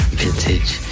vintage